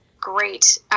great